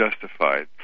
justified